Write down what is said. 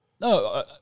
No